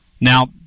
Now